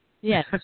Yes